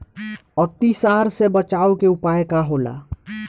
अतिसार से बचाव के उपाय का होला?